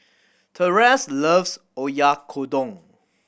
Terese loves Oyakodon